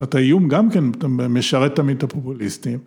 ‫אתה איום גם כן, ‫אתה משרת תמיד את הפופוליסטים.